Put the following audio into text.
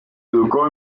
educó